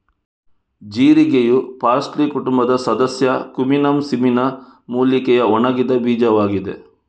ಜೀರಿಗೆಯು parsley ಕುಟುಂಬದ ಸದಸ್ಯ Cuminum cyminum ಮೂಲಿಕೆಯ ಒಣಗಿದ ಬೀಜವಾಗಿದೆ